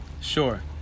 Sure